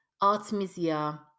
Artemisia